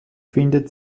findet